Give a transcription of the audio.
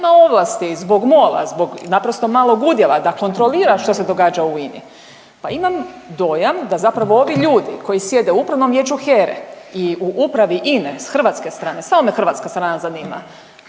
nema ovlasti zbog MOLA, zbog naprosto malog udjela da kontrolira što se događa u INI. Pa imam dojam da zapravo ovi ljudi koji sjede u upravnom vijeću HERE i u upravi INE s hrvatske strane, samo me hrvatska strana zanima,